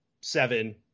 seven